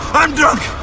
i'm drunk.